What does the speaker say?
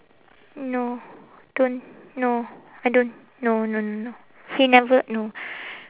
no don't no I don't no no no no he never no